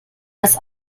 das